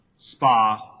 spa